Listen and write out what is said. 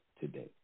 today